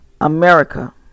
America